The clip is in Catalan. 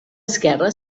esquerra